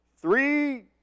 three